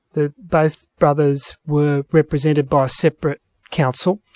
that both brothers were represented by separate counsel.